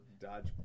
Dodge